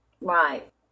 Right